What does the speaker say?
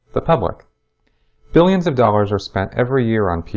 the public billions of dollars are spent every year on pr